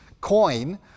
coin